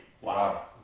Wow